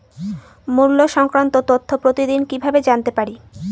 মুল্য সংক্রান্ত তথ্য প্রতিদিন কিভাবে জানতে পারি?